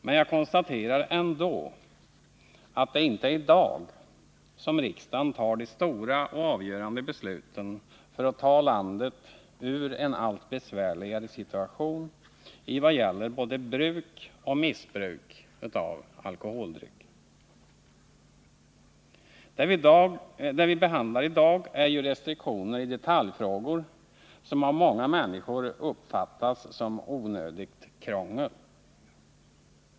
Men jag konstaterar ändå att det inte är i dag som riksdagen fattar de stora och avgörande besluten för att ta landet ur en allt besvärligare situation vad gäller både bruk och missbruk av alkoholdrycker. Det vi behandlar i dag är ju restriktioner i detaljfrågor, som av många människor uppfattas som onödigt krångel.